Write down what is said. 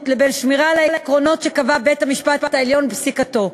לבין שמירה על העקרונות שקבע בית-המשפט העליון בפסיקתו.